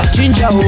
Ginger